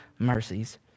Mercies